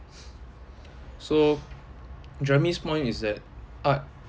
so jeremy's point is that art